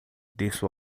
disse